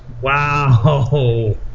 Wow